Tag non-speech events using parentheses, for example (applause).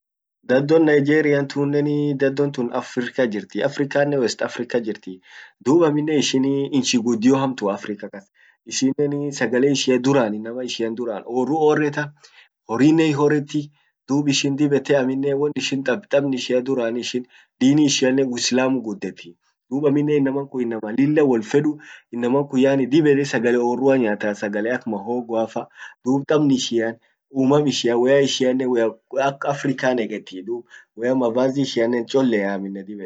Dhadon Nigerian tunnen (hesitation) dhadon tun Africa kas jirti. Africa nnen West Africa jirti, dub amminen ishin (hesitation) inchi guddio hamtua Africa kas. Ishinen sagale ishian duran inama ishia duran orru orreta, horrinen hiorreti. Dub ishin dib ete amminen won ishin tab, tabn ishian duran, dini ishianen uislamu guddetii, dub amminen inaman kun inama lilla wol feduu, inaman kun yaani dib ede sagale orrua yaata, ak muhogoaffa. dub tabn ishian ,ummam ishia, woyya ishia, woya ak Africa neketi dub, woyya mavazi ishiannen ccholea.